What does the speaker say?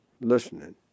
listening